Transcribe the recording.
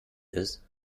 ist